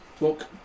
Look